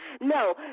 No